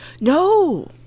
No